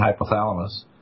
hypothalamus